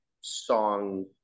song